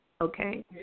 Okay